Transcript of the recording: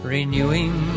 Renewing